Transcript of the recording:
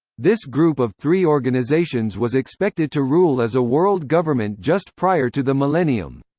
this group of three organizations was expected to rule as a world government just prior to the millennium.